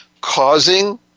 causing